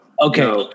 okay